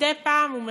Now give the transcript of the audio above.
מדי פעם הוא מבקש,